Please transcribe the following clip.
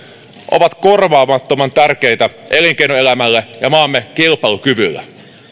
ovat korvaamattoman tärkeitä elinkeinoelämälle ja maamme kilpailukyvylle